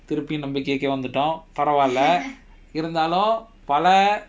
திருப்பியும் நம்பிகைக்கே வந்துடோ பரவால இருந்தாலும் பல:thirupiyum nambikaikae vanthuto paravaala irunthalum pala